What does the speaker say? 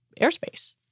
airspace